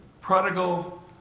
prodigal